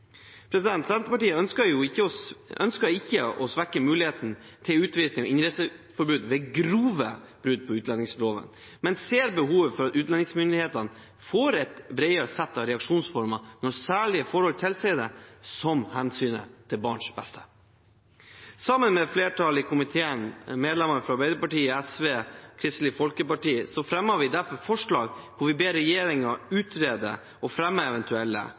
Senterpartiet ønsker ikke å svekke muligheten til utvisning og innreiseforbud ved grove brudd på utlendingsloven, men ser behovet for at utlendingsmyndighetene får et bredere sett av reaksjonsformer når særlige forhold tilsier det, som hensynet til barns beste. Sammen med medlemmene fra Arbeiderpartiet, SV og Kristelig Folkeparti fremmer vi et forslag der vi ber regjeringen utrede og fremme eventuelle